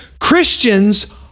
Christians